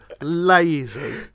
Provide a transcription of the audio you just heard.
lazy